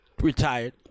retired